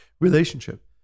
relationship